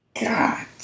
God